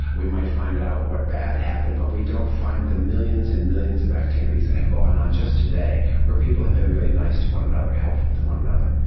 we might find out what bad happened but we don't find the millions and millions of activities that have gone on just today where people have been really nice to one another, helpful to one another.